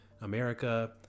America